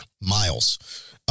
Miles